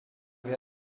wir